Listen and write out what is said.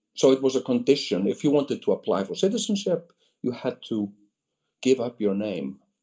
so it was a condition if you wanted to apply for citizenship you had to give up your name.